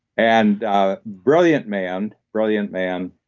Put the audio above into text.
and ah brilliant man, brilliant man.